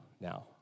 now